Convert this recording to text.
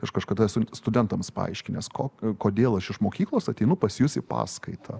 aš kažkada esu studentams paaiškinęs ko kodėl aš iš mokyklos ateinu pas jus į paskaitą